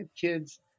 kids